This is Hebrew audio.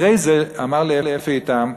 אחרי זה אמר לי אפי איתם,